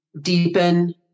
deepen